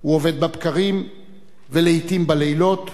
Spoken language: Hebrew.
הוא עובד בבקרים ולעתים בלילות.